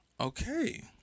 Okay